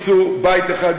בערך באוגוסט בשנה שעברה,